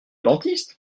dentiste